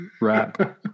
rap